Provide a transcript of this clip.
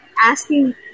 Asking